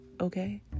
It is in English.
okay